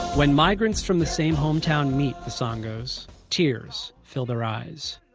when migrants from the same hometown meet, the song goes, tears fill their eyes.